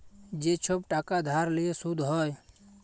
যে ছব টাকা ধার লিঁয়ে সুদ হ্যয়